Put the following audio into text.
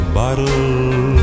bottle